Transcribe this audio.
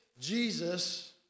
Jesus